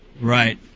Right